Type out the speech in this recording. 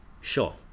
Sure